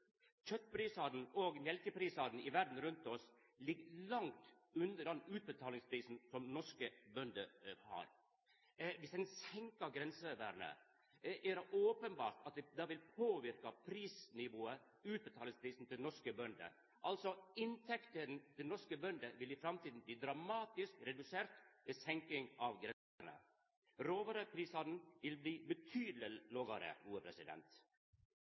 Kjøtprisane og mjølkeprisane i verda rundt oss ligg langt under den utbetalingsprisen som norske bønder har. Viss ein senkar grensevernet, er det openbert at det vil påverka prisnivået, utbetalingsprisen, til norske bønder. Inntektene til norske bønder vil altså i framtida bli dramatiske reduserte ved senking av grensevernet. Råvareprisane vil bli betydeleg lågare.